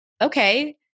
okay